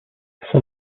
son